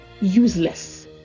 useless